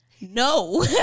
no